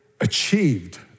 achieved